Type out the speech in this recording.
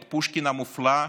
את פושקין המופלא,